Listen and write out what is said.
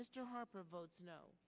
mr harper vote no